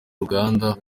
ruganda